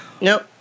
Nope